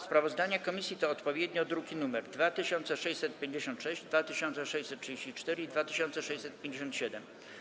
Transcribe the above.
Sprawozdania komisji to odpowiednio druki nr 2656, 2634 i 2657.